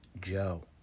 Joe